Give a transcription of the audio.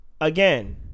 again